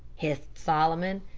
hissed solomon.